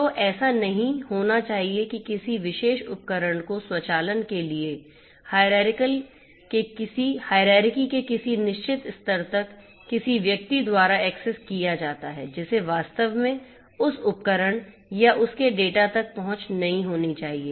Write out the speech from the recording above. तो ऐसा नहीं होना चाहिए कि किसी विशेष उपकरण को स्वचालन के पदानुक्रम के किसी निश्चित स्तर तक किसी व्यक्ति द्वारा एक्सेस किया जाता है जिसे वास्तव में उस उपकरण या उसके डेटा तक पहुंच नहीं होनी चाहिए